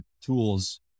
tools